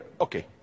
okay